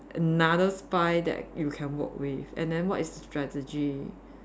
another spy that you can work with and then what is the strategy